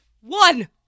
One